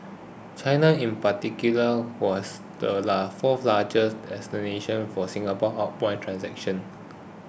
China in particular was the fourth largest destination for Singapore outbound transactions